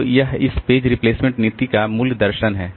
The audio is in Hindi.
तो यह इस पेज रिप्लेसमेंट नीति का मूल दर्शन है